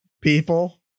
People